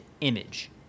image